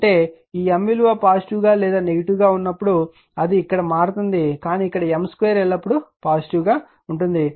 అంటే ఈ M విలువ పాజిటివ్ గా లేదా నెగిటీవ్ గా ఉన్నప్పుడు అది ఇక్కడ మారుతుంది కానీ ఇక్కడ M 2 ఎల్లప్పుడూ పాజిటివ్ గా ఉంటుంది